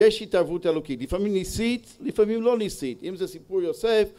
יש התערבות אלוקית. לפעמים נסית, לפעמים לא נסית. אם זה סיפור יוסף